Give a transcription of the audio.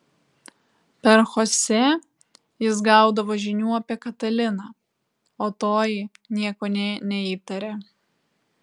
per chosę jis gaudavo žinių apie kataliną o toji nieko nė neįtarė